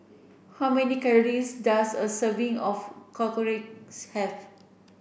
how many calories does a serving of Korokke have